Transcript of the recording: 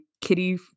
Kitty